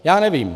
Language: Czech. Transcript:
Já nevím.